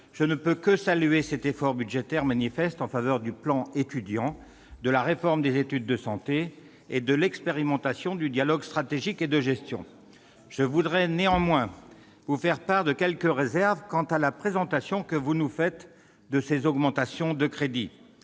je ne peux que saluer cet effort budgétaire manifeste en faveur du plan Étudiants, de la réforme des études de santé et de l'expérimentation du dialogue stratégique et de gestion. Je voudrais néanmoins vous faire part de quelques réserves quant à la présentation que vous nous faites de ces augmentations de crédits.